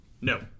no